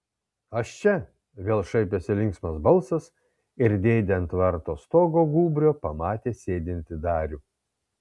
aš čia vėl šaipėsi linksmas balsas ir dėdė ant tvarto stogo gūbrio pamatė sėdintį darių